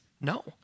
No